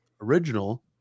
original